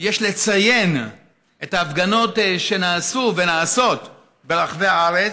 יש לציין את ההפגנות שנעשו ונעשות ברחבי הארץ,